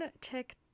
check